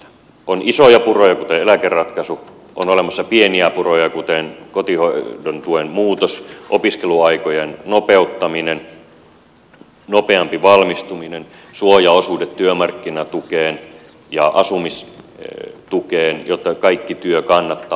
on isoja puroja kuten eläkeratkaisu on olemassa pieniä puroja kuten kotihoidon tuen muutos opiskeluaikojen nopeuttaminen nopeampi valmistuminen suojaosuudet työmarkkinatukeen ja asumistukeen jotta kaikki työ kannattaa tehdä